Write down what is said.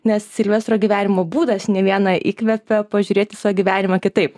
nes silvestro gyvenimo būdas ne vieną įkvepia pažiūrėt į savo gyvenimą kitaip